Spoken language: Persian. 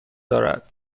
دارد